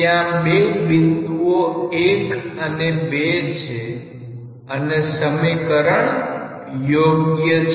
ત્યાં બે બિંદુઓ 1 અને 2 છે અને સમીકરણ યોગ્ય છે